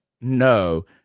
No